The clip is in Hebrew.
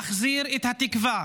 להחזיר את התקווה,